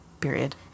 period